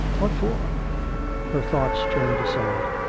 what for her thoughts turned aside.